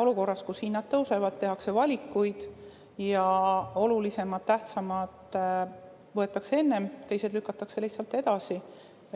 Olukorras, kus hinnad tõusevad, tehakse valikuid ja olulisemad, tähtsamad [asjad] võetakse enne ette, teised lükatakse lihtsalt edasi.